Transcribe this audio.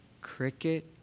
Cricket